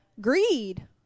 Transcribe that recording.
greed